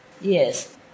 Yes